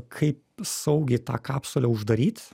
kaip saugiai tą kapsulę uždaryt